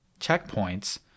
checkpoints